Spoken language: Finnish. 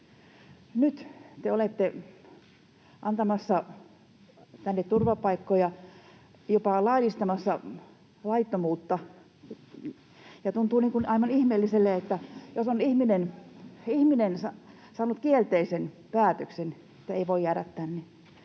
Nyt te olette antamassa tänne turvapaikkoja, jopa laillistamassa laittomuutta. Tämä tuntuu aivan ihmeelliselle. Jos ihminen on saanut kielteisen päätöksen, että ei voi jäädä tänne,